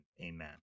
Amen